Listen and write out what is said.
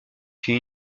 fit